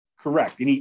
Correct